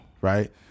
right